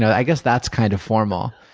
i guess that's kind of formal,